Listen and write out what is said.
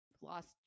lost